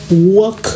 work